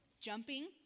Jumping